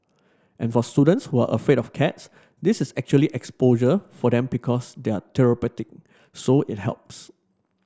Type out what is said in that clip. and for students who are afraid for cats this is actually exposure for them because they're therapeutic so it helps